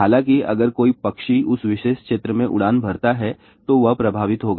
हालांकि अगर कोई पक्षी उस विशेष क्षेत्र में उड़ान भरता है तो वह प्रभावित होगा